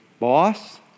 boss